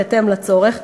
בהתאם לצורך.